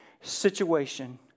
situation